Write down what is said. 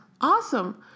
Awesome